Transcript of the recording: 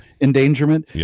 Endangerment